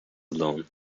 alone